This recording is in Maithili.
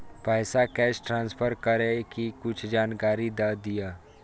पैसा कैश ट्रांसफर करऐ कि कुछ जानकारी द दिअ